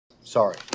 Sorry